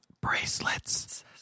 bracelets